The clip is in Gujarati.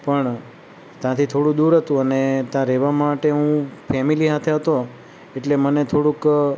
પણ ત્યાંથી થોડું દૂર હતું અને ત્યાં રહેવા માટે હું ફેમિલી સાથે હતો એટલે મને થોડુંક